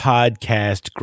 Podcast